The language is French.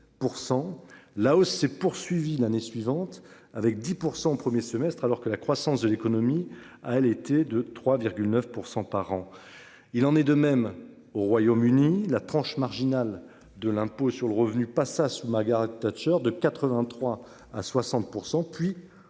La hausse s'est poursuivie l'année suivante avec 10% au 1er semestre, alors que la croissance de l'économie a elle été de 3,9% par an. Il en est de même au Royaume-Uni la tranche marginale de l'impôt sur le revenu passa sous Margaret Thatcher de 83 à 60% puis 40%, ce